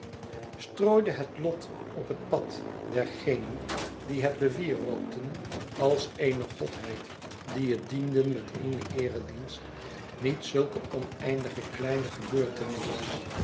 strooide het lot op het pad dergenen die het bewierookten als eene godheid die het dienden met een eeredienst niet zulke oneindig kleine